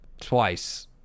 twice